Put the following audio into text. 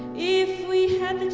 if we had